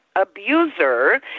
abuser